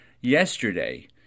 yesterday